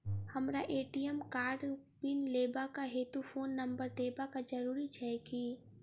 हमरा ए.टी.एम कार्डक पिन लेबाक हेतु फोन नम्बर देबाक जरूरी छै की?